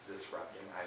disrupting